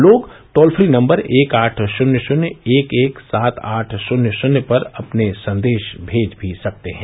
लोग toll free number एक आठ शून्य शून्य एक एक सात आठ शून्य शून्य पर अपने संदेश भेज भी सकते हैं